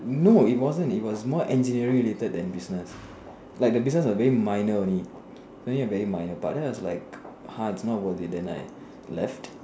no it wasn't it was more engineering related than business like the business very minor only it's only a very minor part then it was like hard not worth it then I left